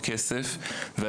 אמרתי לו: